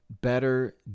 better